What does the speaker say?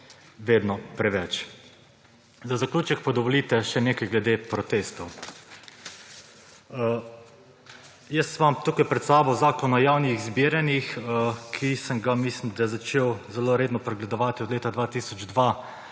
vedno preveč. Za zaključek pa dovolite še nekaj glede protestov. Jaz imam tukaj pred sabo Zakon o javnih zbiranjih, ki sem ga, mislim da, začel zelo redno pregledovati od leta 2002,